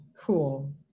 cool